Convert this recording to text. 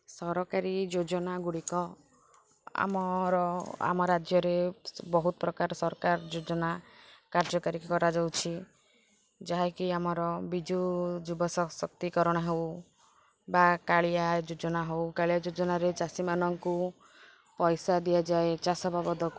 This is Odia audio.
ସରକାରୀ ଯୋଜନାଗୁଡ଼ିକ ଆମର ଆମ ରାଜ୍ୟରେ ବହୁତ ପ୍ରକାର ସରକାର ଯୋଜନା କାର୍ଯ୍ୟକାରୀ କରାଯାଉଛି ଯାହାକି ଆମର ବିଜୁ ଯୁବ ସଶକ୍ତିକରଣ ହେଉ ବା କାଳିଆ ଯୋଜନା ହେଉ କାଳିଆ ଯୋଜନାରେ ଚାଷୀମାନଙ୍କୁ ପଇସା ଦିଆଯାଏ ଚାଷ ବାବଦକୁ